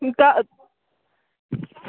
تا